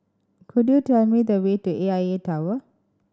could you tell me the way to A I A Tower